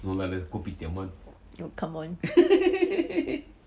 yo come on